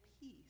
peace